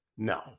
No